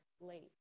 late